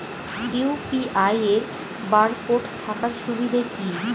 UPI এর barcode থাকার সুবিধে কি?